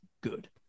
good